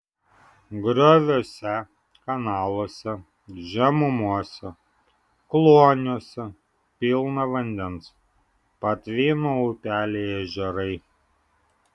grioviuose kanaluose žemumose kloniuose pilna vandens patvino upeliai ežerai